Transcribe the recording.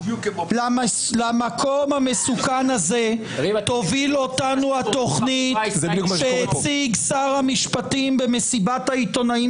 למקום המסוכן הזה תוביל אותנו התכנית שהציג שר המשפטים במסיבת העיתונאים